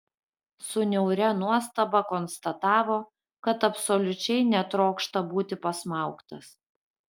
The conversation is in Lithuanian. su niauria nuostaba konstatavo kad absoliučiai netrokšta būti pasmaugtas